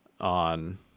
on